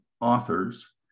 authors